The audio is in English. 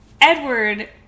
Edward